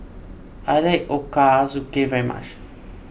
I like Ochazuke very much